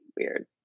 weird